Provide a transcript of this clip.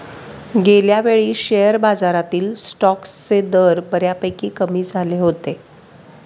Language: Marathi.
गेल्यावेळी शेअर बाजारातील स्टॉक्सचे दर बऱ्यापैकी कमी झाले होते